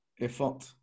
effort